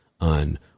on